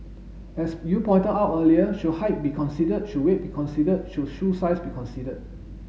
as you pointed out earlier should height be considered should weight be considered should shoe size be considered